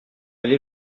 allé